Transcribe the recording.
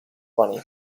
bunny